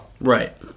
Right